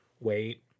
wait